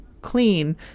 clean